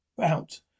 out